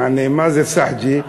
יעני, מה זה סחג'ה?